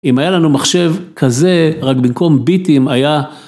אם היה לנו מחשב כזה, רק במקום ביטים היה...